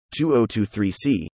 2023C